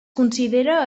considera